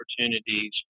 opportunities